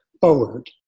forward